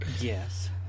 Yes